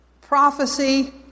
prophecy